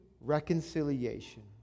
reconciliation